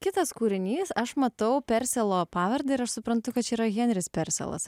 kitas kūrinys aš matau persilo pavardę ir aš suprantu kad čia yra henris persilas